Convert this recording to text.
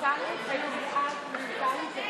רשות הדיבור שלך.